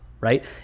right